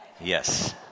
Yes